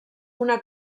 una